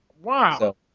Wow